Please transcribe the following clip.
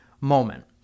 moment